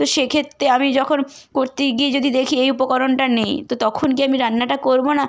তো সেক্ষেত্রে আমি যখন করতে গিয়ে যদি দেখি এই উপকরণটা নেই তো তখন কি আমি রান্নাটা করবো না